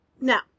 Now